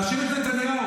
להאשים את נתניהו,